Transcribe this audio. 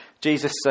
Jesus